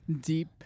deep